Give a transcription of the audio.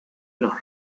los